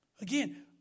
Again